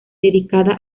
dedicada